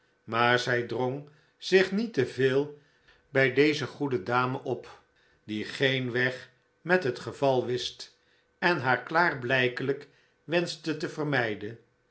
maar zij drong zich niet te veel bij deze goede dame op die geen weg met het geval wist en haar klaarblijkelijk wenschte te vermijden